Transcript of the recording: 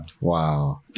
wow